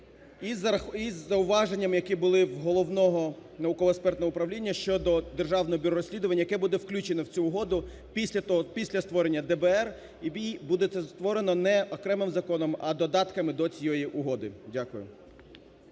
із зауваженнями, які були в Головного науково-експертного управління щодо Державного бюро розслідувань, яке буде включено в цю угоду після того, після створення ДБР і… буде це створено не окремим законом, а додатками до цієї угоди. Дякую.